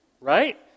Right